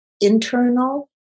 internal